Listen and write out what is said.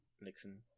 Nixon